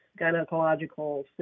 gynecological